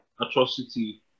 atrocity